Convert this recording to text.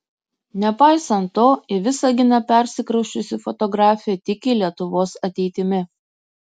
nepaisant to į visaginą persikrausčiusi fotografė tiki lietuvos ateitimi